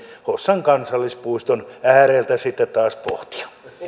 hossan kansallispuiston äärellä sitten pohtia